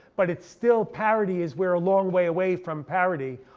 but it's still parity is, we're a long way away from parity.